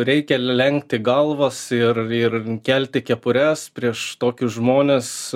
reikia lenkti galvas ir kelti kepures prieš tokius žmones